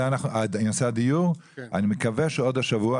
אני מקווה שעוד השבוע.